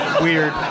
weird